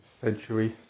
century